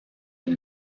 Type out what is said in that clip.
une